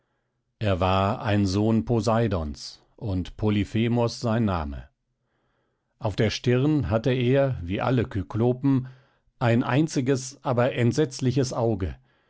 er war ein sohn poseidons und polyphemos sein name auf der stirn hatte er wie alle kyklopen ein einziges aber entsetzliches auge